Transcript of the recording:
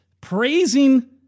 praising